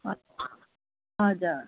हजुर